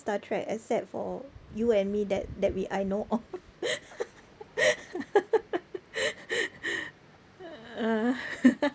star trek except for you and me that that we I know of